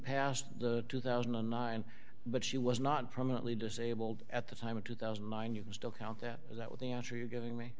past two thousand and nine but she was not permanently disabled at the time of two thousand and nine you can still count that as that was the answer you're giving me